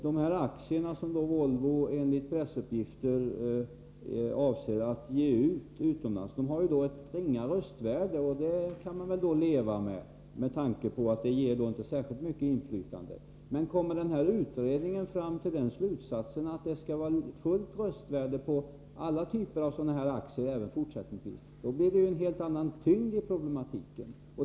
De aktier som Volvo, enligt pressuppgifter, avser att ge ut utomlands har ett ringa röstvärde, och det kan man väl leva med, med tanke på att de inte ger särskilt mycket inflytande. Men kommer denna utredning fram till slutsatsen att det skall vara fullt röstvärde på alla typer av sådana här aktier även fortsättningsvis, blir det en helt annan tyngd i problematiken.